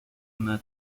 una